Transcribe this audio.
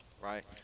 right